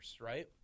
right